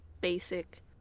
basic